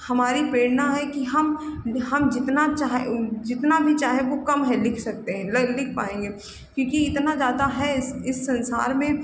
हमारी प्रेरणा है कि हम हम जितना चाह जितना भी चाहें वह कम है लिख सकते हैं लिख पाएँगे क्योंकि इतना ज़्यादा है इस इस संसार में